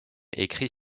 écrit